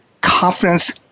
Confidence